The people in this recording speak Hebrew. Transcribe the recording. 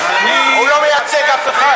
הוא לא מייצג אף אחד.